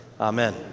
amen